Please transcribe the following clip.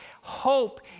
Hope